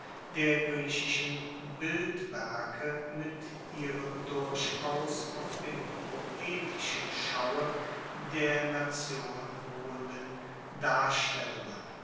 der griechischen bildwerke mit ihren durchaus auf dem poetischen schaue der nation ruhenden darstellungen